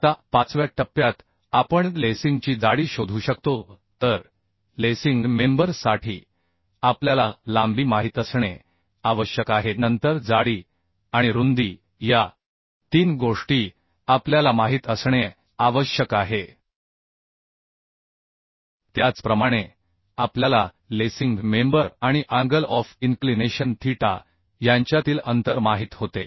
आता पाचव्या टप्प्यात आपण लेसिंगची जाडी शोधू शकतो तर लेसिंग मेंबर साठी आपल्याला लांबी माहित असणे आवश्यक आहे नंतर जाडी आणि रुंदी या तीन गोष्टी आपल्याला माहित असणे आवश्यक आहे त्याचप्रमाणे आपल्याला लेसिंग मेंबर आणि अँगल ऑफ इनक्लिनेशन थीटा यांच्यातील अंतर माहित होते